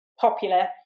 popular